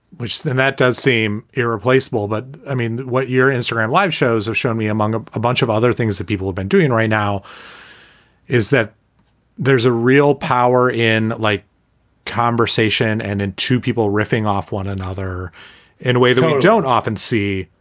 which then that does seem irreplaceable. but i mean, what your instagram live shows have shown me among ah a bunch of other things that people have been doing right now is that there's a real power in light conversation and in two people riffing off one another in a way that we don't often see,